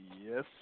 Yes